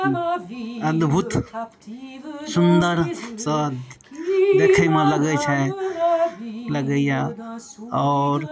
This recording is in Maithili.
हूँ अद्भुत सुन्दर सँ देखैमे लगै छै लगैया आओर